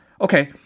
Okay